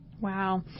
Wow